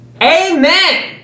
Amen